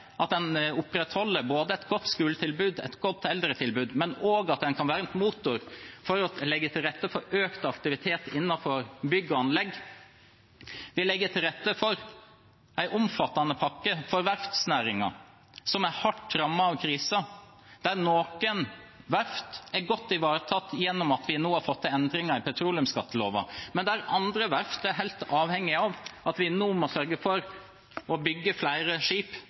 at de opprettholder både et godt skoletilbud og et godt eldretilbud, og at de også kan være en motor for å legge til rette for økt aktivitet innenfor bygg og anlegg. Vi legger til rette for en omfattende pakke for verftsnæringen, som er hardt rammet av krisen. Noen verft er godt ivaretatt gjennom at vi nå har fått til endringer i petroleumsskatteloven, men andre verft er helt avhengige av at vi nå må sørge for å bygge flere skip,